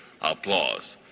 applause